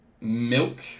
milk